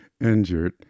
injured